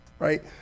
Right